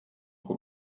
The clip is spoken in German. pro